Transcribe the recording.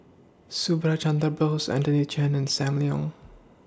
Subhas Chandra Bose Anthony Chen and SAM Leong